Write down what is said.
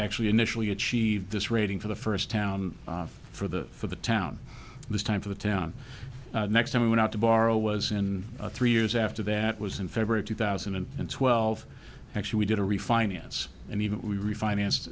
actually initially achieved this rating for the first town for the for the town this time for the town next time we went out to borrow was in three years after that was in february two thousand and twelve actually we did a refinance and even we refinanced